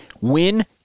win